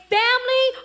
family